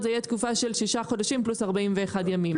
זאת תהיה תקופה של ששה חודשים פלוס 42 ימים.